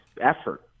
effort